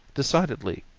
decidedly,